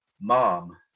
mom